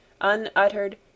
unuttered